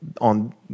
on